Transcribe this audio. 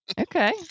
Okay